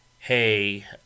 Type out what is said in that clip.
Hey